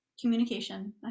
Communication